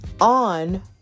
on